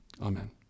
amen